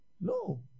No